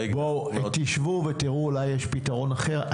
תשבו ותראו אם יש אולי פתרון אחר.